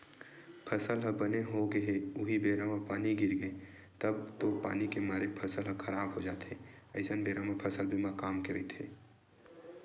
फसल ह बने होगे हे उहीं बेरा म पानी गिरगे तब तो पानी के मारे फसल ह खराब हो जाथे अइसन बेरा म फसल बीमा काम के रहिथे